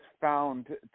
found